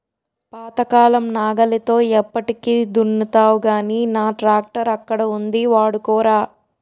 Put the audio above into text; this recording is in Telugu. పాతకాలం నాగలితో ఎప్పటికి దున్నుతావ్ గానీ నా ట్రాక్టరక్కడ ఉంది వాడుకోరా